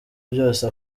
byose